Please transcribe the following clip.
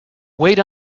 wait